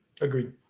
Agreed